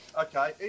Okay